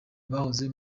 bahoze